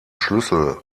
schlüssel